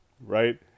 right